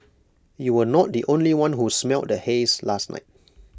you were not the only one who smelled the haze last night